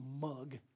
mug